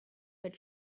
but